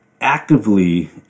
actively